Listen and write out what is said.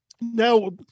Now